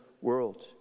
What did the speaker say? world